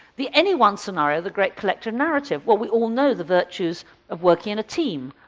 the anyone scenario, the great collective narrative, well we all know the virtues of working in a team,